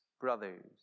brothers